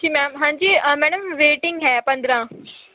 ਜੀ ਮੈਮ ਹਾਂਜੀ madam waiting ਹੈ ਪੰਦਰ੍ਹਾਂ